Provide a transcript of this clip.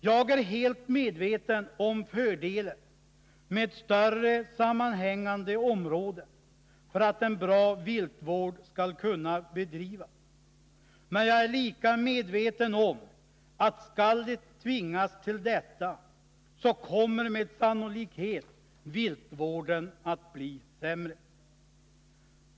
Jag är helt medveten om fördelen med större sammanhängande områden för att en bra viltvård skall kunna bedrivas, men jag är lika medveten om att skall de tvingas till detta, så kommer med sannolikhet viltvården att bli sämre.